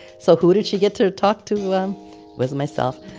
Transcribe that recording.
so who did she get to talk to um was myself.